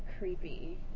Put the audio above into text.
Creepy